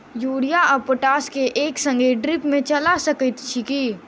Urea आ potash केँ एक संगे ड्रिप मे चला सकैत छी की?